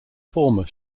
former